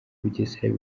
bugesera